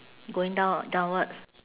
going down ah downwards